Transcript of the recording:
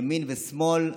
ימין ושמאל,